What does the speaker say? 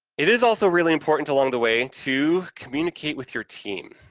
it is also really important along the way to communicate with your team.